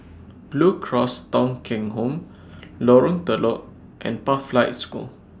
Blue Cross Thong Kheng Home Lorong Telok and Pathlight School